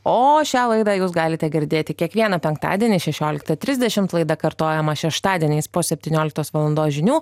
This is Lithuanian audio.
o šią laidą jūs galite girdėti kiekvieną penktadienį šišioliktą trisdešimt laida kartojama šeštadieniais po septynioliktos valandos žinių